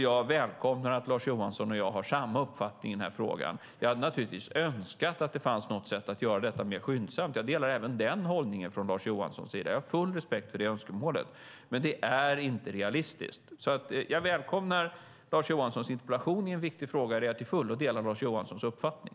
Jag välkomnar att Lars Johansson och jag har samma uppfattning i frågan. Jag hade naturligtvis önskat att det fanns något sätt att göra detta mer skyndsamt. Jag delar även den hållningen från Lars Johanssons sida. Jag har full respekt för det önskemålet. Men det är inte realistiskt. Jag välkomnar Lars Johanssons interpellation i en viktig fråga där jag till fullo delar Lars Johanssons uppfattning.